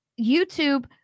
YouTube